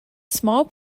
small